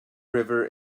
river